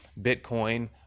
Bitcoin